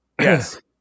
Yes